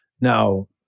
Now